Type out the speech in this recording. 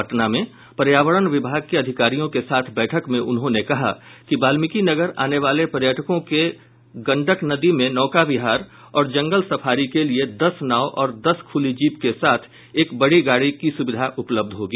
पटना में पर्यावरण विभाग के अधिकारियों के साथ बैठक में उन्होंने कहा कि वाल्मीकिनगर आने वाले पर्यटकों के गंडक नदी में नौकाविहार और जंगल सफारी के लिए दस नाव और दस खुली जीप के साथ एक बड़ी गाड़ी की सुविधा उपलब्ध होगी